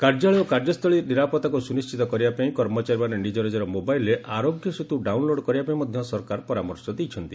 କାର୍ଯ୍ୟାଳୟ ଓ କାର୍ଯ୍ୟସ୍ଥଳୀ ନିରାପତ୍ତାକୁ ସୁନିଣ୍ଠିତ କରିବାପାଇଁ କର୍ମଚାରୀମାନେ ନିଜ ନିଜର ମୋବାଇଲ୍ରେ 'ଆରୋଗ୍ୟ ସେତୁ' ଡାଉନ୍ଲୋଡ଼୍ କରିବାପାଇଁ ମଧ୍ୟ ସରକାର ପରାମର୍ଶ ଦେଇଛନ୍ତି